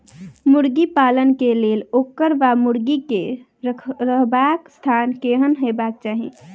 मुर्गी पालन केँ लेल ओकर वा मुर्गी केँ रहबाक स्थान केहन हेबाक चाहि?